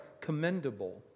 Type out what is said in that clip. commendable